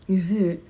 is it